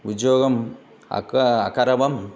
उद्योगम् अक अकरवं